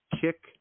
kick